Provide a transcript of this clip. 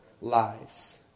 lives